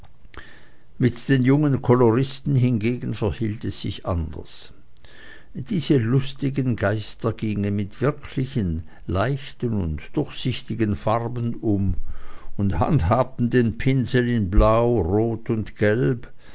mit den jungen koloristen hingegen verhielt es sich anders diese lustigen geister gingen mit wirklichen leichten und durchsichtigen farben um sie handhabten den pinsel in blau rot und gelb